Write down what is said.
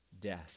death